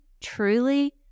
truly